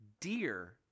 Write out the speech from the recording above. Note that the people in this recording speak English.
dear